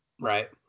Right